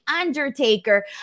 Undertaker